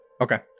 Okay